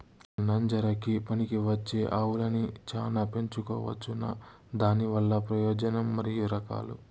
నంజరకి పనికివచ్చే ఆవులని చానా పెంచుకోవచ్చునా? దానివల్ల ప్రయోజనం మరియు రకాలు?